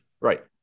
Right